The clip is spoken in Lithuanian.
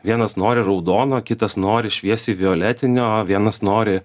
vienas nori raudono kitas nori šviesiai violetinio vienas nori